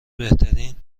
بهترین